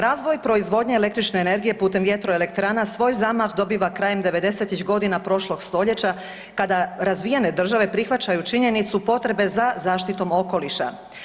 Razvoj proizvodnje električne energije putem vjetroelektrana svoj zamah dobiva krajem '90.-tih godina prošlog stoljeća kada razvijene države prihvaćaju činjenicu potrebe za zaštitom okoliša.